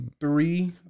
three